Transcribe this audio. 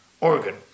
organ